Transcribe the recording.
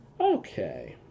Okay